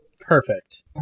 Perfect